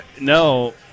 no